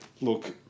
Look